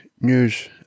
news